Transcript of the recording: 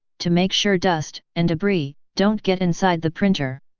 to make sure dust and debris don't get inside the printer.